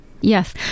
Yes